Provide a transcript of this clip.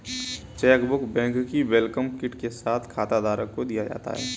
chequebook bank की welcome kit के साथ खाताधारक को दिया जाता है